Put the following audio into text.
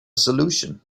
solution